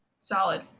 Solid